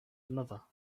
another